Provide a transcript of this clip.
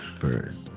first